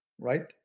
right